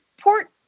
port